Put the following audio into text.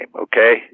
okay